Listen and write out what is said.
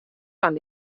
fan